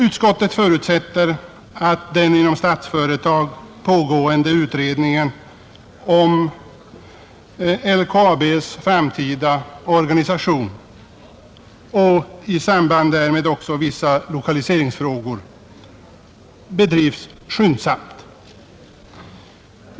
Utskottet förutsätter att den inom Statsföretag pågående utredningen om LKAB:s framtida organisation, och i samband därmed också vissa lokaliseringsfrågor, bedrivs skyndsamt.